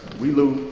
we loot.